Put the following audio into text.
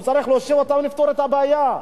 הוא צריך להושיב אותם ולפתור את הבעיה.